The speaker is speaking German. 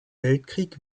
weltkrieg